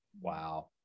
Wow